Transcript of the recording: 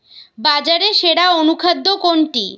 বাজারে সেরা অনুখাদ্য কোনটি?